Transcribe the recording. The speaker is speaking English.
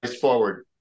forward